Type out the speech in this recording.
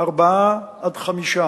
ארבעה עד חמישה,